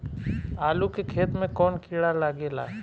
आलू के खेत मे कौन किड़ा लागे ला?